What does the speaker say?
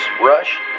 rush